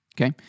okay